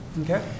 okay